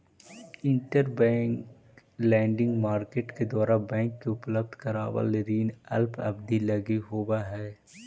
interbank lending market के द्वारा bank के उपलब्ध करावल ऋण अल्प अवधि लगी होवऽ हइ